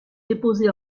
déposés